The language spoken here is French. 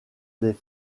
des